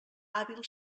hàbil